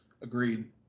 Agreed